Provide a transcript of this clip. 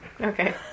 Okay